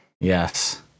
Yes